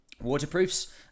Waterproofs